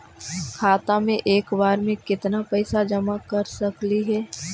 खाता मे एक बार मे केत्ना पैसा जमा कर सकली हे?